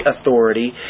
authority